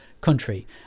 country